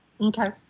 Okay